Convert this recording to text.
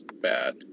bad